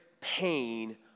pain